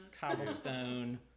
Cobblestone